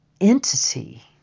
entity